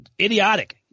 Idiotic